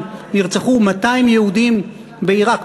נרצחו 200 יהודים בעיראק.